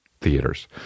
theaters